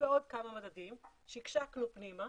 ועוד כמה מדדים, שקשקנו פנימה,